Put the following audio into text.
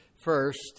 first